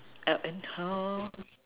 and how